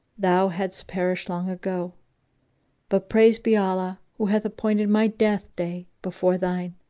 thou hadst perished long ago but praised be allah who hath appointed my death day before thine!